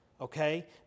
Okay